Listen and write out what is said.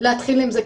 להתחיל עם זה,